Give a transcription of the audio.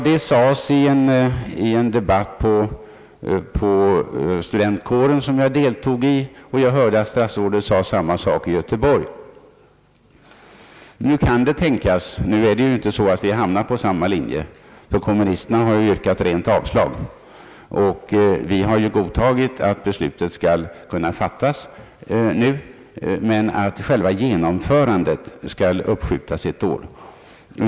Det sades i en debatt på studentkåren som jag deltog i, och jag hörde att statsrådet sade samma sak i Göteborg. Nu är det inte så att vi hamnat på samma linje, ty kommunisterna har yrkat rent avslag och vi har ju godtagit att beslutet nu skall kunna fattas men att själva genomförandet skall uppskjutas ett år.